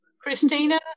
Christina